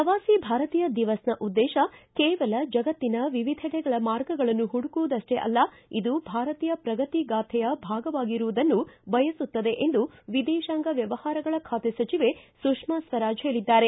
ಪ್ರವಾಸಿ ಭಾರತೀಯ ದಿವಸ್ ನ ಉದ್ದೇಶ ಕೇವಲ ಜಗತ್ತಿನ ವಿವಿಧಿಡೆಗಳ ಮಾರ್ಗಗಳನ್ನು ಹುಡುಕುವುದಷ್ಟೇ ಅಲ್ಲ ಇದು ಭಾರತೀಯ ಶ್ರಗತಿ ಗಾಥೆಯ ಭಾಗವಾಗಿರುವುದನ್ನು ಬಯಸುತ್ತದೆ ಎಂದು ವಿದೇತಾಂಗ ವ್ವವಹಾರಗಳ ಖಾತೆ ಸಚಿವೆ ಸುಷ್ನಾ ಸ್ವರಾಜ್ ಹೇಳಿದ್ದಾರೆ